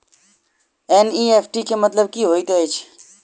NEFT केँ मतलब की होइत अछि?